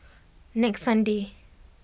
next sunday